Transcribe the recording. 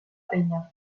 penya